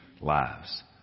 lives